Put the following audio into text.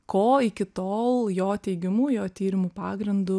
ko iki tol jo teigimu jo tyrimų pagrindu